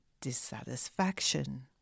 dissatisfaction